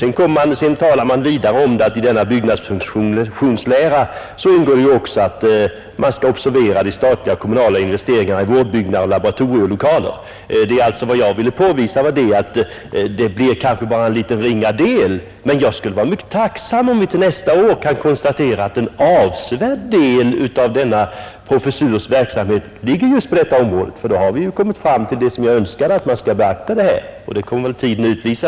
Vidare talar man om att motivet till beslutet att inrätta en professur i byggnadsfunktionslära var de växande statliga och kommunala investeringarna i vårdbyggnader och laboratorielokaler. Vad jag ville påvisa var att det bara blir en ringa del av denna professurs verksamhet som ägnas sjukhusbyggande. Men jag skulle vara mycket tacksam om vi till nästa år kunde konstatera att en avsevärd del av verksamheten ligger just på detta område; då har vi kommit fram till det som jag önskar att man skall beakta. Tiden får utvisa hur det förhåller sig.